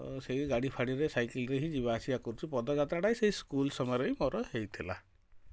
ତ ସେହି ଗାଡ଼ି ଫାଡ଼ି ରେ ସାଇକେଲ ରେ ହିଁ ଯିବା ଆସିବା କରଛୁ ପଦଯାତ୍ରା ଟା ସେଇ ସ୍କୁଲ ସମୟ ରେ ହିଁ ମୋର ହେଇଥିଲା